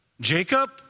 Jacob